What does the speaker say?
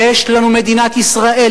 יש לנו מדינת ישראל,